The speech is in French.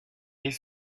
est